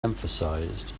emphasized